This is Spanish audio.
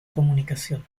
comunicación